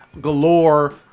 galore